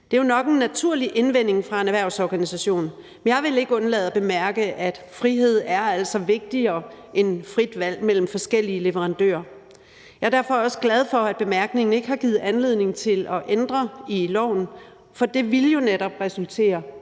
Det er jo nok en naturlig indvending fra en erhvervsorganisation, men jeg vil ikke undlade at bemærke, at frihed altså er vigtigere end frit valg mellem forskellige leverandører. Jeg er derfor også glad for, at bemærkningen ikke har givet anledning til at ændre i loven, for det ville jo netop resultere